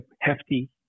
hefty